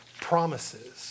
promises